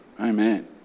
Amen